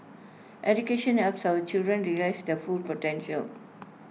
education helps our children realise their full potential